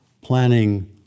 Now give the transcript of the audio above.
planning